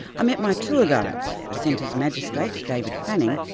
i met my tour guides, the centre's magistrate, david fanning,